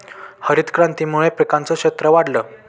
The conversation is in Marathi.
हरितक्रांतीमुळे पिकांचं क्षेत्र वाढलं